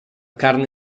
carne